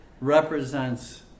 represents